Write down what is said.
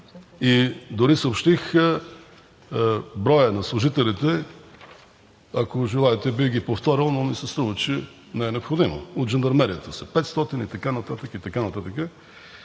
– дори съобщих броя на служителите. Ако желаете, бих ги повторил, но ми се струва, че не е необходимо – от жандармерията са 500, и така нататък, и така нататък.